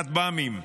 כטב"מים,